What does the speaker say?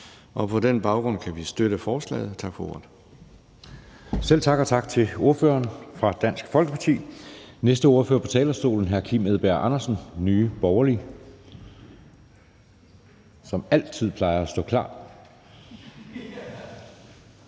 Kl. 16:22 Anden næstformand (Jeppe Søe): Selv tak, og tak til ordføreren for Dansk Folkeparti. Den næste ordfører på talerstolen er hr. Kim Edberg Andersen, Nye Borgerlige, som altid plejer at stå klar.